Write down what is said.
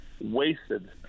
wasted